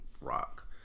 rock